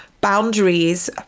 Boundaries